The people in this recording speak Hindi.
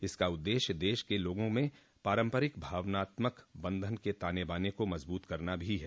इसका उद्देश्य देश के लोगों में पारंपरिक भावनात्मक बंधन के ताने बाने को मजबूत करना भी है